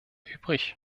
übrig